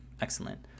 excellent